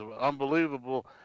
unbelievable